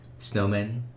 snowmen